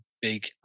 big